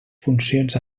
funcions